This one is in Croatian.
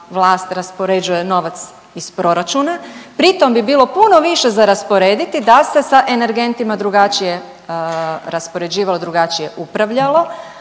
vlast raspoređuje novac iz proračuna, pri tom bi bilo puno više za rasporediti da se sa energentima drugačije raspoređivalo i drugačije upravljalo,